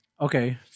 okay